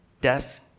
Death